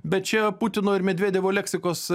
bet čia putino ir medvedevo leksikos